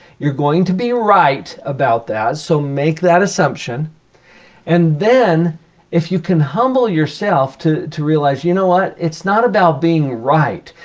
you're going to be right about that. so, make that assumption and then if you can humble yourself to to realize, you know what? it's not about being right.